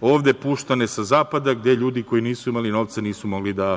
ovde puštane sa zapada gde ljudi koji nisu imali novca nisu mogli da